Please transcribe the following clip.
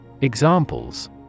Examples